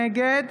נגד